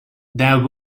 there